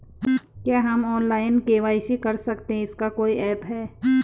क्या हम online KYC कर सकते हैं इसका कोई ऐप है?